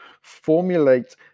formulate